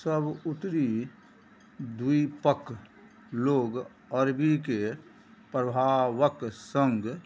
सब उत्तरी द्वीपक लोग अरबीके प्रभावक संग